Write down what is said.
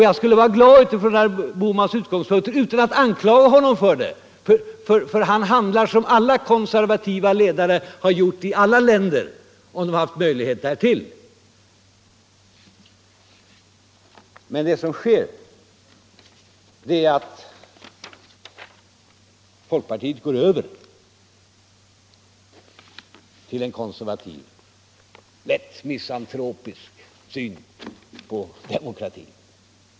Jag skulle också vara glad om jag hade herr Bohmans utgångspunkter, och jag säger det utan att anklaga honom för det — han handlar som alla konservativa ledare har gjort i alla länder om de haft möjlighet därtill. Men det som sker är alltså att folkpartiet går över till en konservativ, lätt misantropisk syn på demokratin.